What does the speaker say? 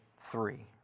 three